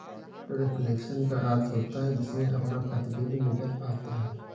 reflection का अर्थ होता है जिसमें अपना प्रतिबिंब नजर आता है